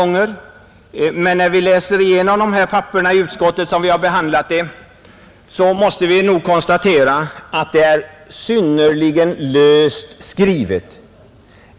När vi läste igenom detta papper i utskottet måste vi konstatera att det är synnerligen löst skrivet.